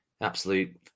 absolute